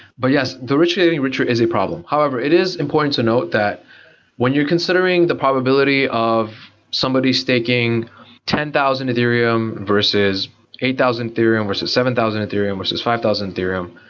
but yes, the rich getting getting richer is a problem. however, it is important to note that when you're considering the probability of somebody staking ten thousand ethereum versus eight thousand ethereum versus seven thousand ethereum versus five thousand ethereum,